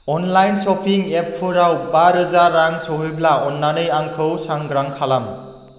online सपिं एपफोराव बारोजा रां सौहैब्ला अन्नानै आंखौ सांग्रां खालाम